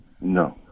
No